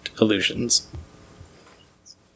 illusions